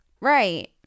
Right